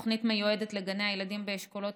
התוכנית מיועדת לגני הילדים באשכולות